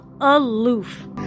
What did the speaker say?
aloof